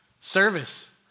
service